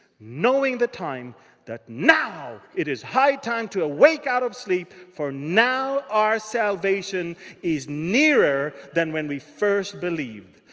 knowing the time that now it is high time to awake out of sleep. for now, our salvation is nearer than when we first believed.